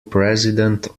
president